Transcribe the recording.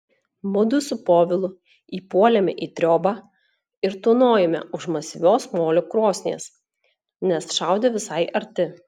mudu su povilu įpuolėme į triobą ir tūnojome už masyvios molio krosnies nes šaudė visai arti